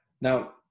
Now